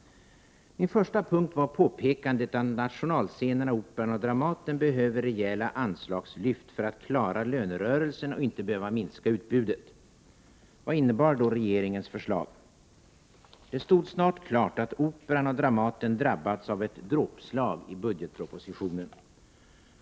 Min första punkt var påpekandet att ”nationalscenerna Operan och Dramaten behöver rejäla anslagslyft för att klara lönerörelsen och inte behöva minska utbudet”. Vad innebar då regeringens förslag? Det stod snart klart att Operan och Dramaten drabbats av ett dråpslag i budgetpropositionen.